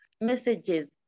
messages